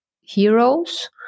heroes